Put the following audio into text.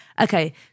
Okay